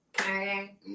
Okay